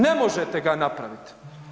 Ne možete ga napravit.